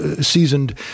seasoned